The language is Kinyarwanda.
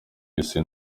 isi